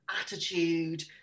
attitude